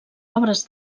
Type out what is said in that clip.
obres